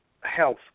health